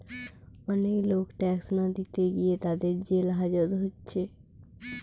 অনেক লোক ট্যাক্স না দিতে গিয়ে তাদের জেল হাজত হচ্ছে